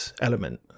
element